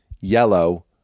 Yellow